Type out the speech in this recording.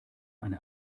eine